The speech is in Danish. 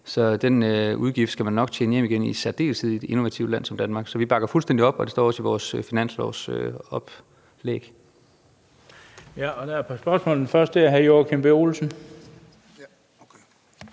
så den udgift skal man nok tjene hjem igen, i særdeleshed i et innovativt land som Danmark. Så vi bakker fuldstændig op, og det står også i vores finanslovsoplæg. Kl. 19:13 Den fg. formand (Bent Bøgsted): Der er et par